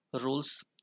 rules